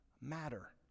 matter